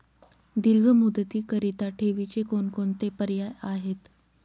दीर्घ मुदतीकरीता ठेवीचे कोणकोणते पर्याय आहेत?